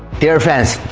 dear fans,